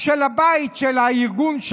של הבית של הארגון.